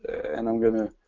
and i'm going to